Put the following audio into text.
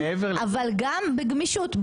אבל גם בגמישות,